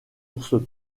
ours